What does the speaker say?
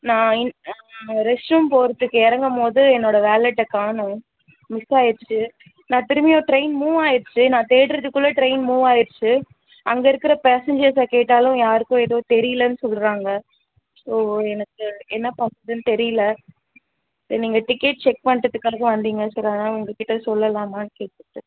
நான் இன் நான் ரெஸ்ட் ரூம் போகிறத்துக்கு இறங்கும் போது என்னோடய வேலட்டை காணோம் மிஸ் ஆகிருச்சு நான் திரும்பியும் டிரைன் மூவ் ஆகிருச்சு நான் தேடுறதுக்குள்ள டிரைன் மூவ் ஆகிருச்சு அங்கே இருக்கிற பேசேன்ஜ்ர்ஸை கேட்டாலும் யாருக்கும் எதுவும் தெரியலைன்னு சொல்கிறாங்க ஸோ எனக்கு என்ன பண்ணுறதுனு தெரியல சரி நீங்கள் டிக்கெட் செக் பண்ணுறத்துக்காக வந்தீங்க சரி அதனால் உங்கள் கிட்டே சொல்லலாமான்னு கேட்டுவிட்டு